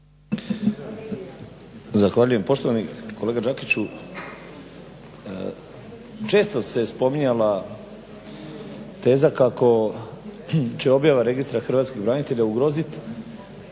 Zahvaljujem. Poštovani kolega Đakiću, često se spominjala teza kako će objava registra hrvatskih branitelja ugrozit